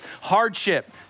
hardship